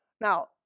Now